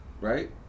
right